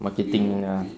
marketing punya